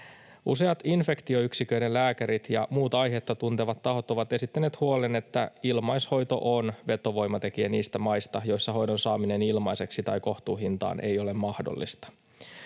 Useat infektioyksiköiden lääkärit ja muut aihetta tuntevat tahot ovat esittäneet huolen, että ilmaishoito on vetovoimatekijä niistä maista, joissa hoidon saaminen ilmaiseksi tai kohtuuhintaan ei ole mahdollista.